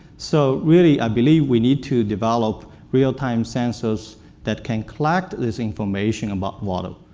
so really, i believe, we need to develop real-time sensors that can collect this information about water.